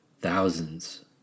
thousands